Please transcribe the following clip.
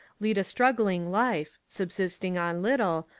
lead a strug gling life, subsisting on little,